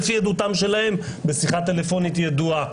לפי עדותם שלהם בשיחת טלפון ידועה.